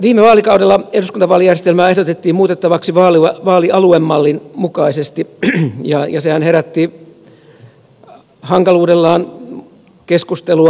viime vaalikaudella eduskuntavaalijärjestelmää ehdotettiin muutettavaksi vaalialuemallin mukaisesti ja sehän herätti hankaluudellaan keskustelua